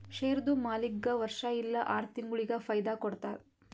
ಶೇರ್ದು ಮಾಲೀಕ್ಗಾ ವರ್ಷಾ ಇಲ್ಲಾ ಆರ ತಿಂಗುಳಿಗ ಫೈದಾ ಕೊಡ್ತಾರ್